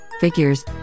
figures